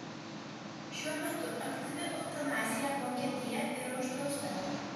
šiuo metu aktyvi eutanazija vokietija yra uždrausta